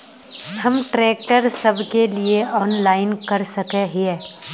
हम ट्रैक्टर सब के लिए ऑनलाइन कर सके हिये?